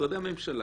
משרדי הממשלה.